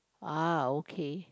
ah okay